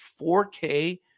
4K